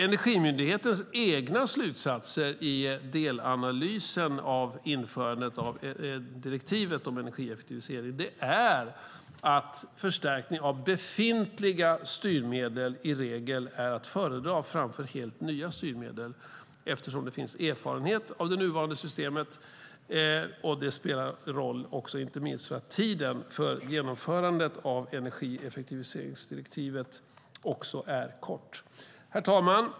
Energimyndighetens egna slutsatser i delanalysen av införandet av direktivet om energieffektivisering är att förstärkning av befintliga styrmedel i regel är att föredra framför helt nya styrmedel eftersom det finns erfarenhet av det nuvarande systemet. Det spelar roll inte minst för att tiden för genomförandet av energieffektiviseringsdirektivet är kort. Herr talman!